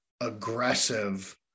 aggressive